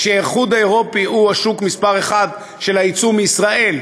כשהאיחוד האירופי הוא השוק מספר אחת של היצוא מישראל,